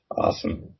Awesome